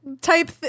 type